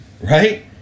right